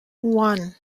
one